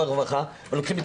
יש הבדל בין דנים מפוקחים לגנים